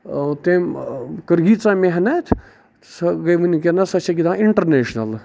تٔمۍ کٔر ییٖژاہ محنت سۄ گے ؤنکینَس سۄ چھےٚ گِندان اِنٹرنیشنل